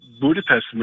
Budapest